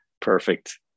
Perfect